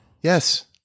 Yes